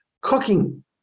cooking